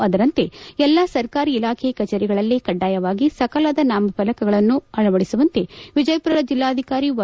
ಆದರಂತೆ ಎಲ್ಲ ಸರ್ಕಾರಿ ಇಲಾಖೆ ಕಚೇರಿಗಳಲ್ಲಿ ಕಡ್ಡಾಯವಾಗಿ ಸಕಾಲದ ನಾಮಫಲಕಗಳನ್ನು ಅಳವಡಿಸುವಂತೆ ವಿಜಯಪುರ ಜಿಲ್ಲಾಧಿಕಾರಿ ವೈ